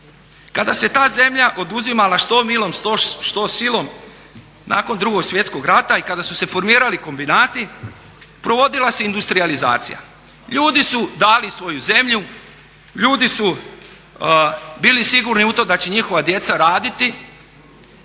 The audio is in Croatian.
Kada se ta zemlja oduzimala što milom što silom nakon Drugog svjetskog rata i kada su se formirali kombinati provodila se industrijalizacija. Ljudi su dali svoju zemlju, ljudi su bili sigurni u to da će njihova djeca raditi,